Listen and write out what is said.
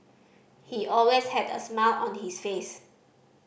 he always had a smile on his face